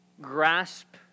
grasp